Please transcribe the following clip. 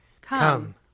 Come